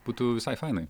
būtų visai fainai